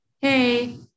hey